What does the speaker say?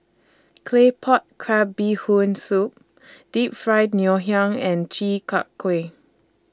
Claypot Crab Bee Hoon Soup Deep Fried Ngoh Hiang and Chi Kak Kuih